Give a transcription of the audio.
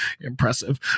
impressive